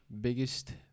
biggest